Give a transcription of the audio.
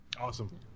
Awesome